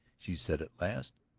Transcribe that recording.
she said at last,